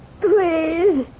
please